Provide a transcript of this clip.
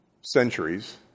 centuries